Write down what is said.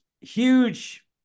huge